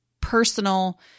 personal